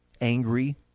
angry